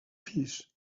pis